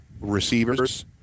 Receivers